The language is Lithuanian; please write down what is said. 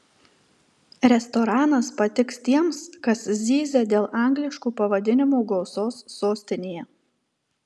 restoranas patiks tiems kas zyzia dėl angliškų pavadinimų gausos sostinėje